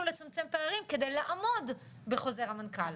לצמצם פערים כדי לעמוד בחוזר המנכ"ל.